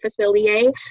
Facilier